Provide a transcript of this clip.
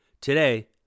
Today